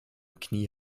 knie